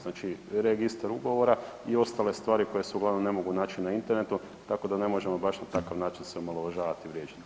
Znači registar ugovora i ostale stvari koje se uglavnom ne mogu naći na internetu, tako da ne možemo baš na takav način se omalovažavat i vrijeđat.